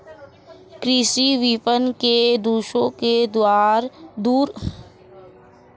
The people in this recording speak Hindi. कृषि विपणन के दोषों को दूर करने के लिए क्या कदम उठाने चाहिए?